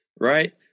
right